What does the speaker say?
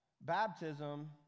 baptism